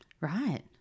Right